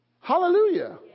Hallelujah